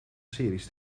series